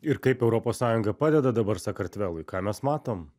ir kaip europos sąjunga padeda dabar sakartvelui ką mes matom